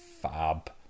fab